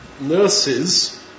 nurses